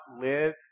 live